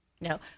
No